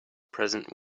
present